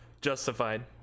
justified